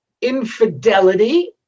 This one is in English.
infidelity